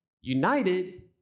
united